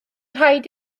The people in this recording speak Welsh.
rhaid